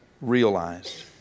realized